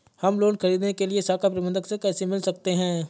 हम लोन ख़रीदने के लिए शाखा प्रबंधक से कैसे मिल सकते हैं?